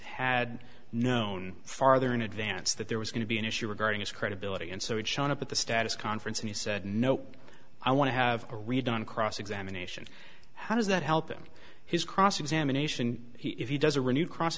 had known farther in advance that there was going to be an issue regarding his credibility and so it showed up at the status conference and he said no i want to have a read on cross examination how does that help him his cross examination he doesn't renew cross